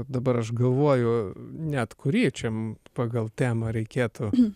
dabar aš galvoju net kurį čia pagal temą reikėtų